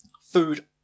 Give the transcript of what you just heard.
food